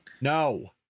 No